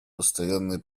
постоянный